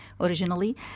originally